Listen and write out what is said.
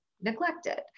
neglected